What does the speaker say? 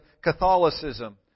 Catholicism